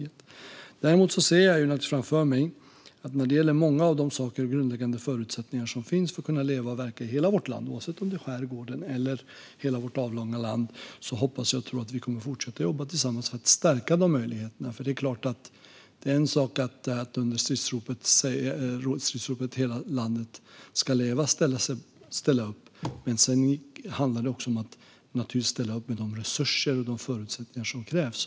Däremot hoppas och tror jag naturligtvis att vi ska kunna fortsätta att jobba tillsammans för att stärka möjligheterna när det gäller många av de saker och grundläggande förutsättningar som behövs för att man ska kunna leva och verka i hela vårt land, också i skärgården eller på andra platser i vårt avlånga land. Det är klart att det är en sak att ställa upp på stridsropet "Hela landet ska leva", men sedan handlar det också om att ställa upp med resurser och de förutsättningar som krävs.